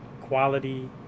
quality